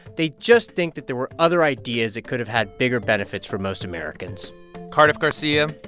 they just think that there were other ideas. it could've had bigger benefits for most americans cardiff garcia,